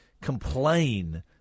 complain